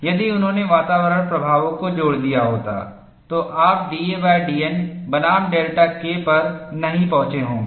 यदि उन्होंने वातावरण प्रभावों को जोड़ दिया होता तो आप dadN बनाम डेल्टा K पर नहीं पहुंचे होंगे